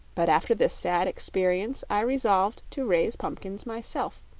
but after this sad experience i resolved to raise pumpkins myself,